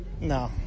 no